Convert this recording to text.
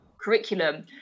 curriculum